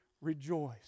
rejoice